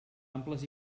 amples